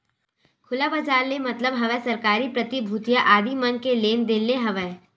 खुला बजार ले मतलब हवय सरकारी प्रतिभूतिया आदि मन के लेन देन ले हवय